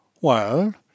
Well